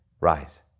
Rise